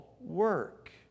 work